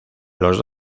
los